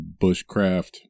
bushcraft